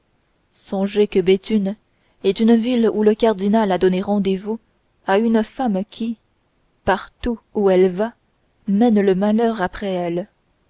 songez que béthune est une ville où le cardinal a donné rendez-vous à une femme qui partout où elle va mène le malheur après elle